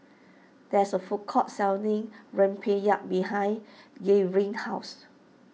there is a food court selling Rempeyek behind Gavyn's house